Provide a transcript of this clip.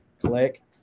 Click